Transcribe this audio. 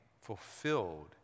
fulfilled